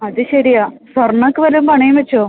അത് ശരിയാണ് സ്വർണ്ണമൊക്കെ വല്ലതും പണയം വച്ചോ